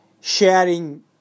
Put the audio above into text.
sharing